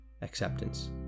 acceptance